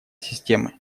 системы